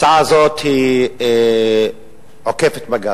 הצעת החוק הזאת היא עוקפת בג"ץ.